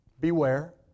Beware